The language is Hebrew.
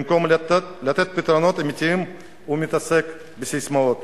במקום לתת פתרונות אמיתיים הוא מתעסק בססמאות.